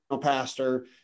pastor